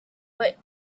but